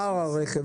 רשאי,